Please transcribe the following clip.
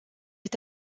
est